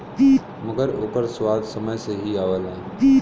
मगर ओकर स्वाद समय से ही आवला